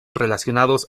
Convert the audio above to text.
relacionados